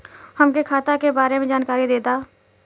हमके खाता के बारे में जानकारी देदा?